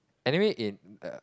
anyway in